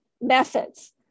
methods